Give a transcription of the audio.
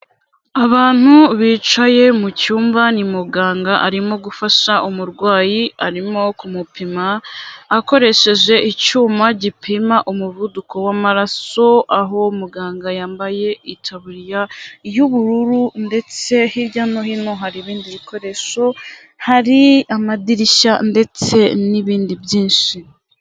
Abantu bicaye mu cyumba, ni muganga, arimo gufasha umurwayi, arimo kumupima akoresheje icyuma gipima umuvuduko w'amaraso, aho muganga yambaye itaburiya y'ubururu, ndetse hirya no hino hari ibindi bikoresho, hari amadirishya ndetse n'ibindi byinshi.